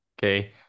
Okay